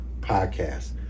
podcast